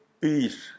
peace